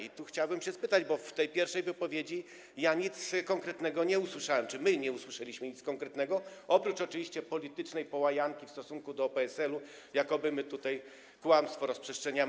I tu chciałbym spytać, bo w tej pierwszej wypowiedzi ja nic konkretnego nie usłyszałem czy my nie usłyszeliśmy nic konkretnego, oprócz oczywiście politycznej połajanki w stosunku do PSL, jakoby tutaj kłamstwo rozprzestrzeniamy.